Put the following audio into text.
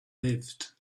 lived